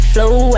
flow